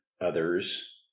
others